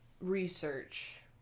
research